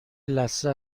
لثه